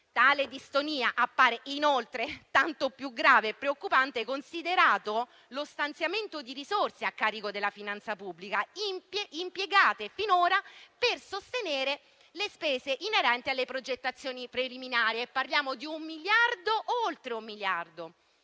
Tale distonia appare, inoltre, tanto più grave e preoccupante considerato lo stanziamento di risorse a carico della finanza pubblica impiegate finora per sostenere le spese inerenti alle progettazioni preliminari. Parliamo di oltre un miliardo